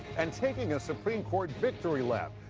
and taking a supreme court victory lap.